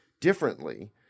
differently